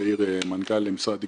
מנכ"ל משרד התקשורת.